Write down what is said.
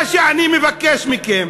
מה שאני מבקש מכם,